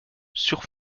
sur